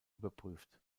überprüft